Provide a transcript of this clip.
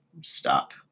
stop